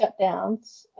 shutdowns